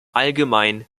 allgemein